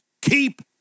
keep